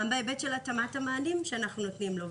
גם בהיבט של התאמת המענים שאנחנו נותנים לו.